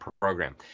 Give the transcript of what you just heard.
program